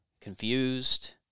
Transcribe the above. confused